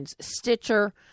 Stitcher